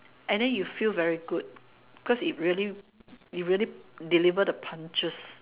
and than you fell very good because it really it really deliver the punches